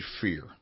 fear